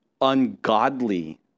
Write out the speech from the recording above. ungodly